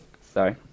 Sorry